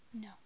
No